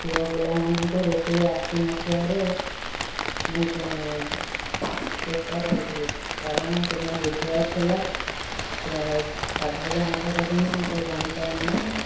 ପୁଅ ପିଲାମାନଙ୍କୁ ରୋଷେଇ ଆସି ନଥିବାରୁ ମୁଁ ଚେଷ୍ଟା କରୁଥିଲି କାରଣ ସେଦିନ ବୁଧବାର ଥିଲା ସାଧା କି ଆଇଁଷ କରିବି ମୁଁ ତ ଜାଣିପାରୁ ନାହିଁ